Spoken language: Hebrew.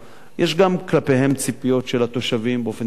יש גם כלפיהן ציפיות של התושבים באופן טבעי,